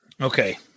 Okay